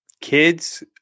kids